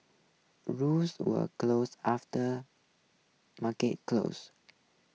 rules were grows after market close